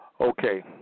Okay